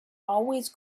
always